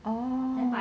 orh